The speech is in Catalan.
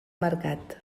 mercat